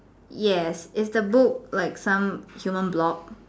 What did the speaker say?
yes is the book like some human blob